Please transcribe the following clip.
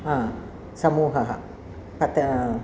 हा समूहः पत्